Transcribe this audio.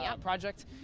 project